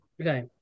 okay